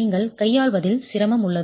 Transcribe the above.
நீங்கள் கையாள்வதில் சிரமம் உள்ளது